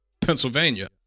Pennsylvania